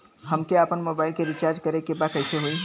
हमके आपन मोबाइल मे रिचार्ज करे के बा कैसे होई?